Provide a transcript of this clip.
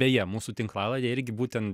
beje mūsų tinklalaidė irgi būtent